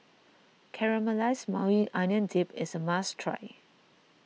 Caramelized Maui Onion Dip is a must try